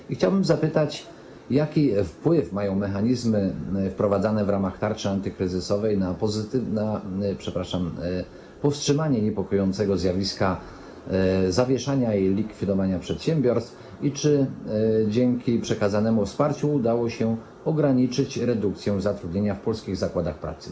I chciałbym zapytać, jaki wpływ mają mechanizmy wprowadzane w ramach tarczy antykryzysowej na powstrzymanie niepokojącego zjawiska zawieszania i likwidowania przedsiębiorstw i czy dzięki przekazanemu wsparciu udało się ograniczyć redukcję zatrudnienia w polskich zakładach pracy.